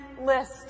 list